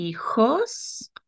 hijos